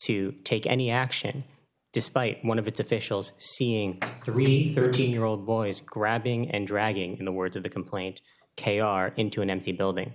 to take any action despite one of its officials seeing the really thirteen year old boys grabbing and dragging the words of the complaint k r into an empty building